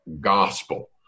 gospel